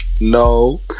no